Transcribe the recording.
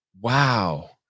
Wow